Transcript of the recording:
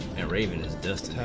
and raven is just,